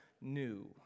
new